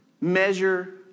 measure